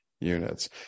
units